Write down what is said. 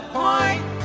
point